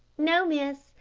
no, miss.